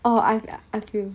oh I I feel